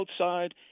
outside